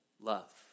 Love